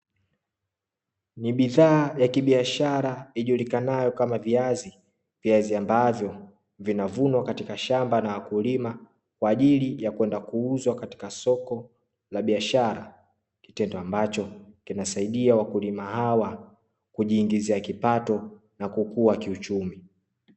Ni bidhaa ya kibiashara ijulikanayo kama viazi, viazi ambavyo vinavunwa katika shamba na wakulima, kwa ajili ya kwenda kuuzwa katika soko la biashara, kitendo ambacho kinasaidia wakulima hawa kujiingizia kipato na kukua kiuchumi.